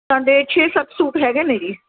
ਸਾਡੇ ਛੇ ਸੱਤ ਸੂਟ ਹੈਗੇ ਨੇ ਜੀ